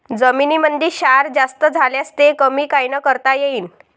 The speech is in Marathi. जमीनीमंदी क्षार जास्त झाल्यास ते कमी कायनं करता येईन?